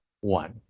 one